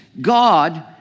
God